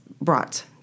brought